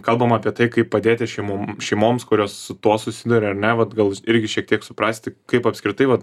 kalbam apie tai kaip padėti šeimom šeimoms kurios su tuo susiduria ar ne vat gal jūs irgi šiek tiek suprasti kaip apskritai vat